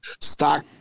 stock